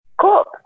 Cool